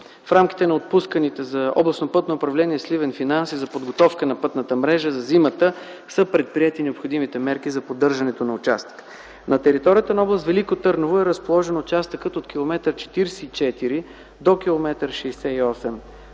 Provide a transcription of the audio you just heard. В рамките на отпусканите за Областно пътно управление – Сливен, финанси за подготовка на пътната мрежа за зимата, са предприети необходимите мерки за поддържането на участъка. На територията на област Велико Търново е разположен участъкът от километър